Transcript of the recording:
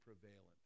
prevalent